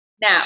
Now